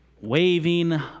waving